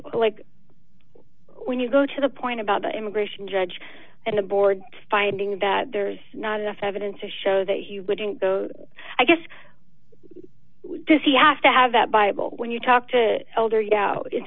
like when you go to the point about the immigration judge and the board finding that there's not enough evidence to show that you wouldn't go i guess does he have to have that bible when you talk to elder y